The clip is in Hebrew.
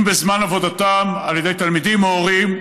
אם בזמן עבודתם על ידי תלמידים או הורים,